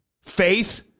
faith